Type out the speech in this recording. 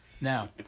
Now